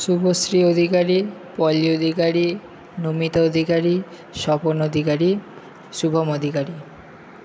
Subhashree Adhikari Poli Adhikari Namita Adhikari Swapan Adhikari Shubham Adhikari